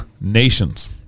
nations